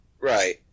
Right